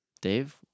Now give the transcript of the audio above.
Dave